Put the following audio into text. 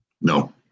No